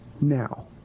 Now